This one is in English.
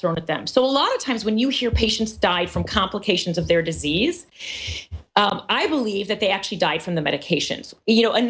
thrown at them so a lot of times when you hear patients die from complications of their disease i believe that they actually die from the medications you know an